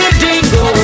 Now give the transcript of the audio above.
dingo